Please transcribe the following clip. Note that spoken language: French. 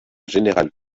général